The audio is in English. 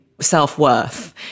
self-worth